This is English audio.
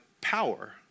power